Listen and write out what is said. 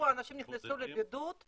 אנשים נכנסו לבידוד?